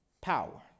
power